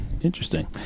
Interesting